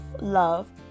love